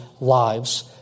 lives